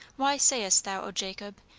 why sayest thou, o jacob,